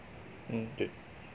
mm